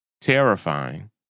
terrifying